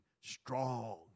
strong